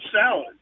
Salad